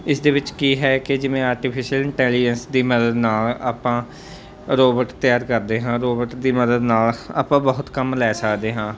ਇਸ ਦੇ ਵਿੱਚ ਕੀ ਹੈ ਕਿ ਜਿਵੇਂ ਆਰਟੀਫਿਸ਼ਅਲ ਇੰਟੈਲੀਜੈਂਸ ਦੀ ਮਦਦ ਨਾਲ ਆਪਾਂ ਰੋਬਟ ਤਿਆਰ ਕਰਦੇ ਹਾਂ ਰੋਬਟ ਦੀ ਮਦਦ ਨਾਲ ਆਪਾਂ ਬਹੁਤ ਕੰਮ ਲੈ ਸਕਦੇ ਹਾਂ